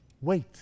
wait